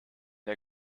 der